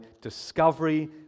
discovery